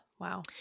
Wow